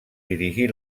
dirigí